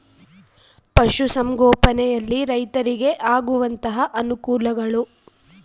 ಪಶುಸಂಗೋಪನೆಯಲ್ಲಿ ರೈತರಿಗೆ ಆಗುವಂತಹ ಅನುಕೂಲಗಳು?